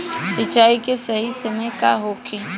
सिंचाई के सही समय का होखे?